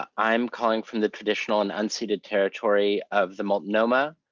um am calling from the traditional and unceded territory of the multnomah,